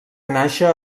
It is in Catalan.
nàixer